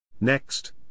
Next